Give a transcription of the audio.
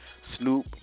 Snoop